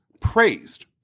praised